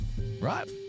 Right